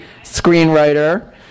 screenwriter